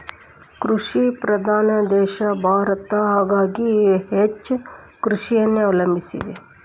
ಕೃಷಿ ಪ್ರಧಾನ ದೇಶ ಭಾರತ ಹಾಗಾಗಿ ಹೆಚ್ಚ ಕೃಷಿಯನ್ನೆ ಅವಲಂಬಿಸಿದೆ